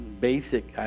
basic